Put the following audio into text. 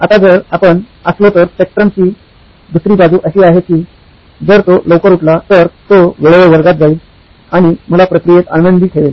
आता जर आपण असलो तर स्पेक्ट्रम ची दुसरी बाजू अशी आहे की जर तो लवकर उठला तर तो वेळेवर वर्गात जाईल आणि मला प्रक्रियेत आनंदी ठेवेल